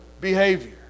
behavior